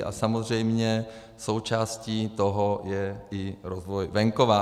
A samozřejmě součástí toho je i rozvoj venkova.